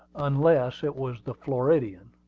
unless it was the floridian.